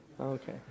Okay